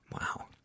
Wow